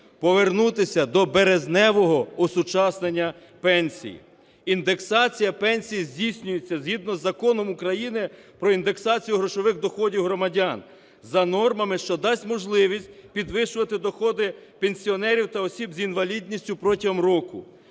повернутися до березневого осучаснення пенсій. Індексація пенсій здійснюється згідно із Законом України про індексацію грошових доходів громадян за нормами, що дасть можливість підвищувати доходи пенсіонерів та осіб з інвалідністю протягом року.